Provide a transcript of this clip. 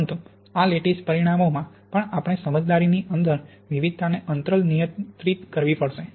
પરંતુ આ લેટ્ટીસ પરિમાણોમાં પણ આપણે સમજદારની અંદર વિવિધતાને અંતરાલ નિયંત્રિત કરવી પડશે